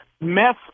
mess